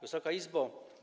Wysoka Izbo!